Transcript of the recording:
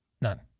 None